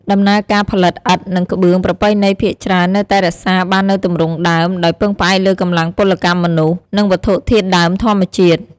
ដំណើរការផលិតឥដ្ឋ និងក្បឿងប្រពៃណីភាគច្រើននៅតែរក្សាបាននូវទម្រង់ដើម ដោយពឹងផ្អែកលើកម្លាំងពលកម្មមនុស្ស និងវត្ថុធាតុដើមធម្មជាតិ។